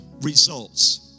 results